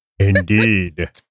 Indeed